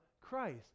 Christ